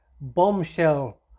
bombshell